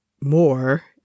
more